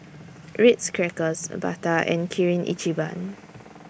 Ritz Crackers Bata and Kirin Ichiban